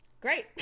great